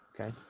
Okay